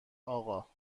آقا